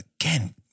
again